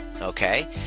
okay